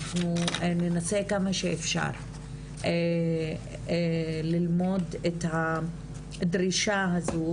אנחנו ננסה כמה שאפשר ללמוד את הדרישה הזו,